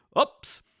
oops